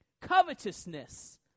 Covetousness